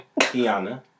Kiana